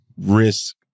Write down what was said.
risk